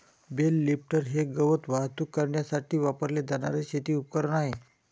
bell lifter हे गवत वाहतूक करण्यासाठी वापरले जाणारे शेती उपकरण आहे